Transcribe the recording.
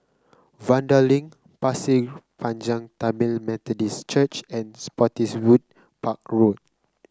Vanda Link Pasir Panjang Tamil Methodist Church and Spottiswoode Park Road